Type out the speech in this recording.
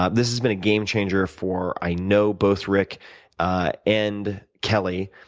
ah this has been a game changer for i know both rick and kelly,